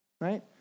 right